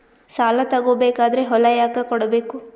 ಸಾಲ ತಗೋ ಬೇಕಾದ್ರೆ ಹೊಲ ಯಾಕ ಕೊಡಬೇಕು?